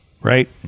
right